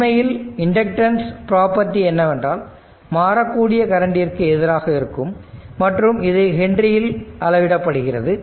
உண்மையில் inductance property என்னவென்றால் மாறக்கூடிய கரண்ட்டிற்கு எதிராக இருக்கும் மற்றும் இது ஹென்ட்ரி யில் அளவிடப்படுகிறது